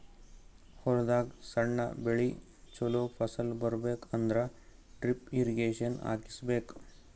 ಹೊಲದಾಗ್ ಸಣ್ಣ ಬೆಳಿ ಚೊಲೋ ಫಸಲ್ ಬರಬೇಕ್ ಅಂದ್ರ ಡ್ರಿಪ್ ಇರ್ರೀಗೇಷನ್ ಹಾಕಿಸ್ಬೇಕ್